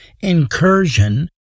incursion